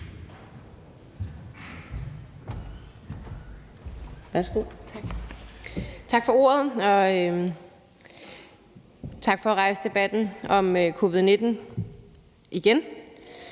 Tak for ordet, og tak for at rejse debatten om covid-19 igen.